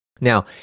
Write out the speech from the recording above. Now